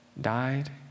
died